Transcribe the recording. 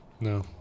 No